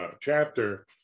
chapter